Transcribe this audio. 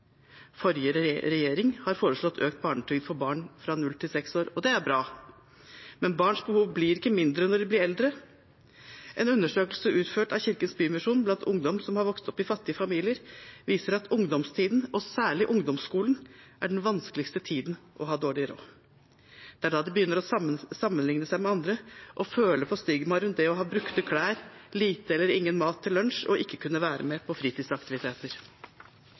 Forrige regjering har foreslått økt barnetrygd for barn fra 0 til 6 år, og det er bra, men barns behov blir ikke mindre når de blir eldre. En undersøkelse utført av Kirkens Bymisjon blant ungdom som har vokst opp i fattige familier, viser at ungdomstiden, og særlig ungdomsskolen, er den vanskeligste tiden å ha dårlig råd. Det er da de begynner å sammenlikne seg med andre og føle på stigmaet rundt det å ha brukte klær, lite eller ingen mat til lunsj og å ikke kunne være med på fritidsaktiviteter.